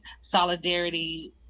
solidarity